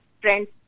friends